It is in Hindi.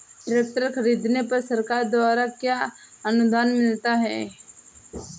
ट्रैक्टर खरीदने पर सरकार द्वारा क्या अनुदान मिलता है?